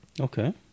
Okay